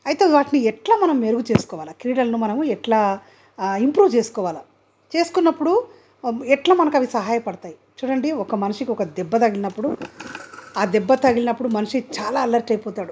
అయితే వాటిని ఎట్లా మనం మెరుగు చేసుకోవాలి క్రీడలను మనము ఎట్లా ఇంప్రూవ్ చేసుకోవాలి చేసుకున్నప్పుడు ఎట్లా మనకి అవి సహాయపడతాయి చూడండి ఒక మనిషికి ఒక దెబ్బ తగిలినప్పుడు ఆ దెబ్బ తగిలినప్పుడు మనిషి చాలా అలెర్ట్ అయిపోతాడు